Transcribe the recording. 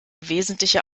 wesentliche